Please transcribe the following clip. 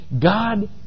God